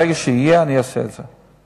ברגע שיהיה, אני אעשה את זה.